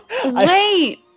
Wait